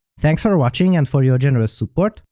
thanks for watching and for your generous support,